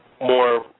more